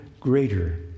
greater